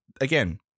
again